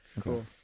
Cool